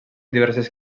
diverses